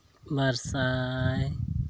ᱵᱟᱨ ᱥᱟᱭ